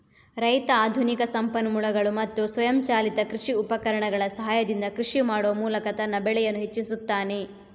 ರೈತ ಆಧುನಿಕ ಸಂಪನ್ಮೂಲಗಳು ಮತ್ತು ಸ್ವಯಂಚಾಲಿತ ಕೃಷಿ ಉಪಕರಣಗಳ ಸಹಾಯದಿಂದ ಕೃಷಿ ಮಾಡುವ ಮೂಲಕ ತನ್ನ ಬೆಳೆಯನ್ನು ಹೆಚ್ಚಿಸುತ್ತಾನೆ